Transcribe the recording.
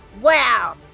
Wow